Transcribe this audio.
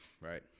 right